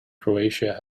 croatia